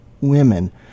women